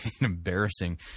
embarrassing